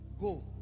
Go